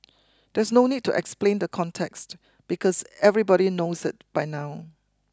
there's no need to explain the context because everybody knows it by now